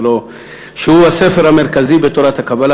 שהוא הספר המרכזי בתורת הקבלה,